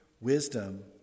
wisdom